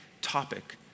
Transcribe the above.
topic